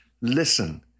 Listen